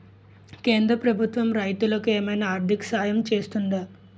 కేంద్ర ప్రభుత్వం రైతులకు ఏమైనా ఆర్థిక సాయం చేస్తుందా?